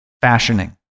fashioning